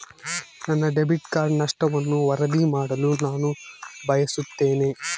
ನನ್ನ debit card ನಷ್ಟವನ್ನು ವರದಿ ಮಾಡಲು ನಾನು ಬಯಸುತ್ತೇನೆ